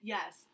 Yes